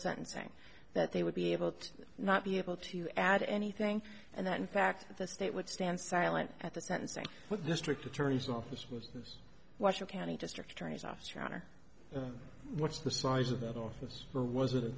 sentencing that they would be able to not be able to add anything and that in fact the state would stand silent at the sentencing with district attorney's office with washoe county district attorney's office your honor what's the size of that office where was it